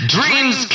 Dreams